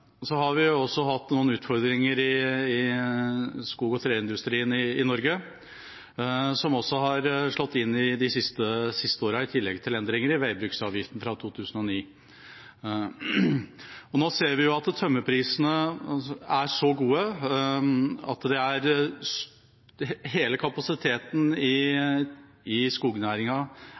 Vi har også hatt noen utfordringer i skog- og treindustrien i Norge, som har slått inn de siste årene, i tillegg til endringer i veibruksavgiften fra 2009. Nå ser vi at tømmerprisene er så gode at hele kapasiteten i skognæringen er fylt. Alle skogsentreprenørene bruker all kapasitet på å hente ut trevirke fordi det er